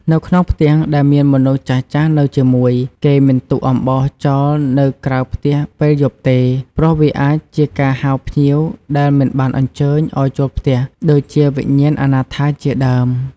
នៅក្នុងផ្ទះដែលមានមនុស្សចាស់ៗនៅជាមួយ គេមិនទុកអំបោសចោលនៅក្រៅផ្ទះពេលយប់ទេ ព្រោះវាអាចជាការហៅភ្ញៀវដែលមិនបានអញ្ជើញឱ្យចូលផ្ទះ ដូចជាវិញ្ញាណអនាថាជាដើម។